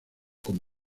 con